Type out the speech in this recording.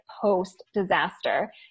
post-disaster